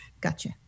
Gotcha